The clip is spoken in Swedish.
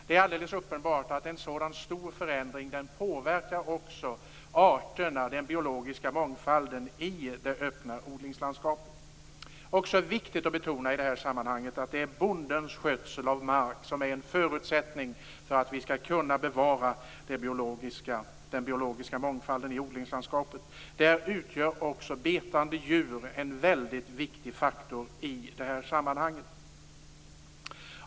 Det är alldeles uppenbart att en sådan stor förändring också påverkar arterna, den biologiska mångfalden, i det öppna odlingslandskapet. I sammanhanget är det också viktigt att betona att det är bondens skötsel av mark som är en förutsättning för att vi skall kunna bevara den biologiska mångfalden i odlingslandskapet. Betande djur utgör också en väldigt viktig faktor i sammanhanget.